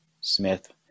Smith